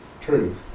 truth